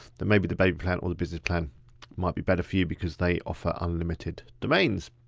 then maybe the baby plan or the business plan might be better for you because they offer unlimited domains.